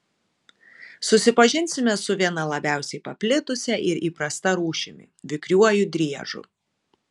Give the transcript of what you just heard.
susipažinsime su viena labiausiai paplitusia ir įprasta rūšimi vikriuoju driežu